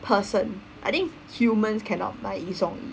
person I think humans cannot 买一送一